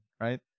right